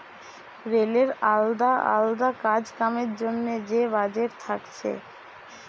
রেলের আলদা আলদা কাজ কামের জন্যে যে বাজেট থাকছে